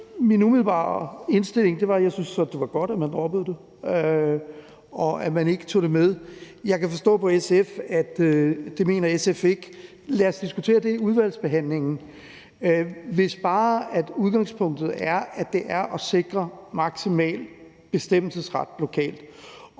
Min umiddelbare indstilling var, at det var godt, at man droppede det, og at man ikke tog det med. Jeg kan forstå på SF, at det mener SF ikke. Lad os diskutere det i udvalgsbehandlingen, hvis bare udgangspunktet er at sikre maksimal bestemmelsesret lokalt.